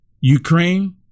Ukraine